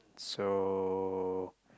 so